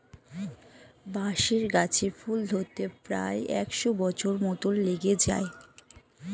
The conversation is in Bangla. বাঁশের গাছে ফুল ধরতে প্রায় একশ বছর মত লেগে যায়